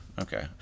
okay